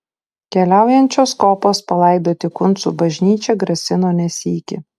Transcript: keliaujančios kopos palaidoti kuncų bažnyčią grasino ne sykį